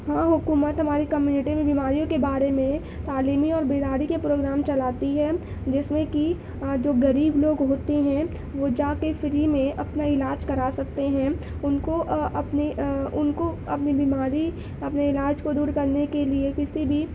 ہاں حکومت ہماری کمیونٹی میں بیماریوں کے بارے میں تعلیمی اور بیداری کے پروگرام چلاتی ہے جس میں کہ جو غریب لوگ ہوتے ہیں وہ جا کے فری میں اپنا علاج کرا سکتے ہیں ان کو اپنی ان کو اپنی بیماری اپنے علاج کو دور کرنے کے لئے کسی بھی